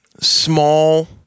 small